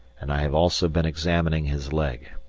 and i have also been examining his leg.